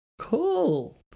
Cool